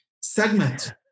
Segment